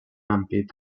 ampit